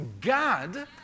God